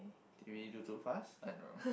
did we do too fast I don't know